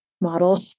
model